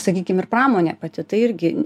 sakykim ir pramonė pati tai irgi